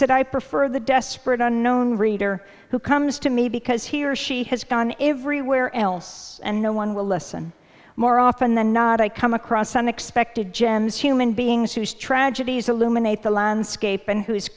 said i prefer the desperate unknown reader who comes to me because he or she has gone everywhere else and no one will listen more often than not i come across some expected gems human beings whose tragedies illuminates the landscape and who